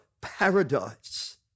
paradise